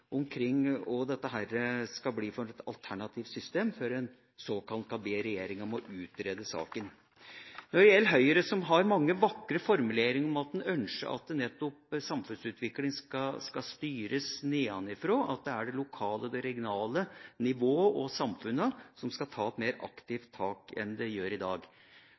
omkring hva dette skal bli for et alternativt system, før en såkalt kan be regjeringa om å utrede saken. Høyre har mange vakre formuleringer om at en ønsker at nettopp samfunnsutviklinga skal styres nedenfra, at det er det lokale og det regionale nivået og samfunnene som skal ta et mer aktivt tak enn de gjør i dag.